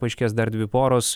paaiškės dar dvi poros